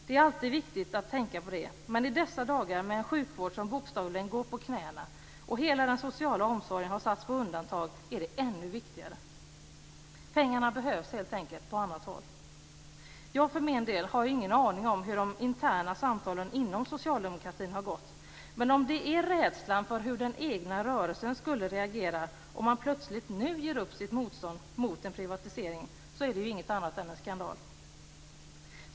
Det är alltid viktigt att tänka på det, men i dessa dagar med en sjukvård som bokstavligen går på knäna och när hela den sociala omsorgen har satts på undantag är det ännu viktigare. Pengarna behövs helt enkelt på annat håll. Jag för min del har ingen aning om hur de interna samtalen inom socialdemokratin har gått, men om det är rädslan för hur den egna rörelsen skulle reagera om man plötsligt nu ger upp sitt motstånd mot en privatisering, så är det inget annat än en skandal.